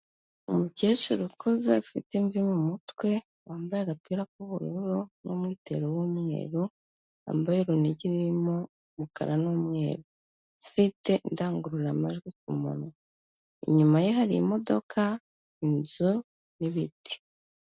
Umukecuru ukuze afite imvi mu mutwe, wambaye agapira k'ubururu n'umwitero w'umweru, wambaye urunigi rurimo umukara n'umweru, ufite indangururamajwi ku munwa, inyuma ye hari imodoka inzu n'ibiti.